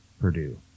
Purdue